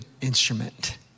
instrument